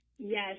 Yes